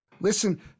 Listen